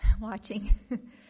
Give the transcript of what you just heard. watching